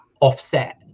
offset